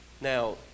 Now